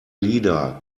leader